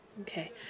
Okay